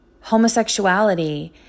homosexuality